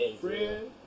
Friend